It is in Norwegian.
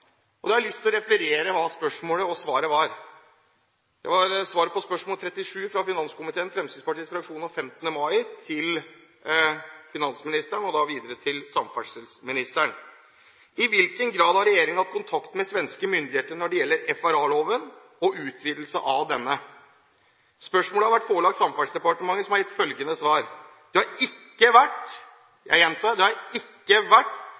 spørsmål. Da har jeg lyst til å sitere hva spørsmålet og svaret var. Det gjelder spørsmål 37 fra finanskomiteen/Fremskrittspartiets fraksjon av 15. mai til finansministeren, og da videre til samferdselsministeren. Spørsmålet var: «I hvilken grad har regjeringen hatt kontakt med svenske myndigheter når det gjelder FRA-loven og utvidelsen av denne?» Spørsmålet har vært forelagt Samferdselsdepartementet, som har gitt følgende svar: «Det har ikke vært» – jeg gjentar – «Det har ikke vært